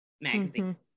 magazine